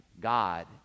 God